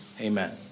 amen